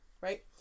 right